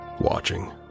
Watching